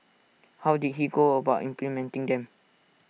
how did he go about implementing them